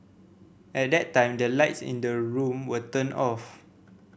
at that time the lights in the room were turned off